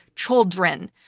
children.